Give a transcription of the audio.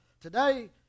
today